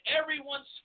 everyone's